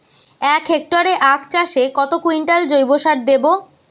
এক হেক্টরে আখ চাষে কত কুইন্টাল জৈবসার দেবো?